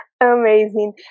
Amazing